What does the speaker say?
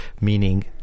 meaning